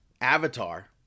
Avatar